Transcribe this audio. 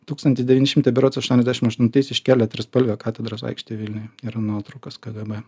tūkstantis devyni šimtai berods aštuoniasdešim aštuntais iškėlė trispalvę katedros aikštėj vilniuje yra nuotraukos kgb